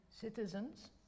citizens